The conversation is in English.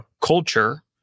culture